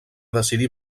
decidí